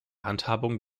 handhabung